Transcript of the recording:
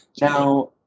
Now